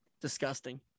disgusting